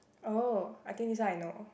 oh I think this one I know